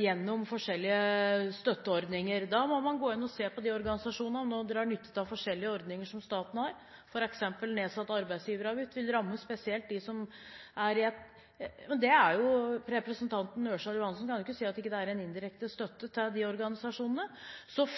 gjennom forskjellige støtteordninger. Da må man gå inn og se på om de organisasjonene som nå drar nytte av forskjellige ordninger som staten har, f.eks. nedsatt arbeidsgiveravgift, vil rammes spesielt. Representanten Ørsal Johansen kan ikke si at det ikke er en indirekte støtte til de organisasjonene.